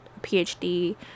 PhD